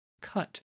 cut